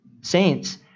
Saints